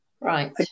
Right